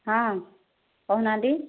ହଁ କହୁନାହାନ୍ତି